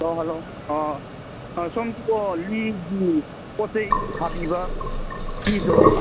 hello hello ꯑꯥ ꯁꯣꯝꯁꯤꯕꯣ ꯂꯤꯒꯤ ꯄꯣꯠ ꯆꯩ ꯁꯥꯕꯤꯕ ꯃꯤꯗꯨꯔꯣ